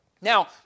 Now